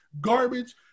garbage